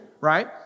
right